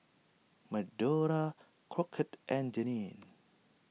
Medora Crockett and Jeanie